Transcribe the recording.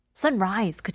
sunrise